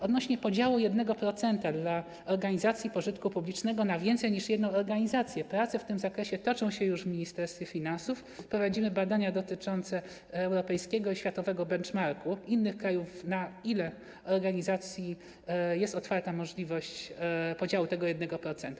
Odnośnie do podziału 1% dla organizacji pożytku publicznego na więcej niż jedną organizację prace w tym zakresie toczą się już w Ministerstwie Finansów, prowadzimy badania dotyczące europejskiego i światowego benchmarku, innych krajów, dotyczące tego, na jaką liczbę organizacji jest otwarta możliwość podziału tego 1%.